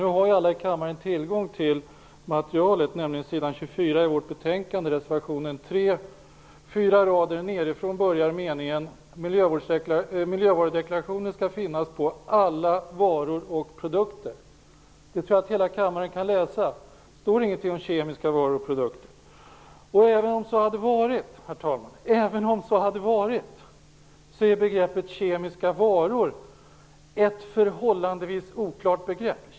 Nu har ju alla i kammaren tillgång till materialet, nämligen s. 24 i vårt betänkande, reservation 3. Fyra rader nedifrån börjar meningen "MVD skall finnas på alla varor och produkter". Det tror jag att alla i hela kammaren kan läsa. Det står ingenting om kemiska varor och produkter. Och även om så hade varit, herr talman, är begreppet kemiska varor ett förhållandevis oklart begrepp.